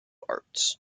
arts